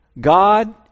God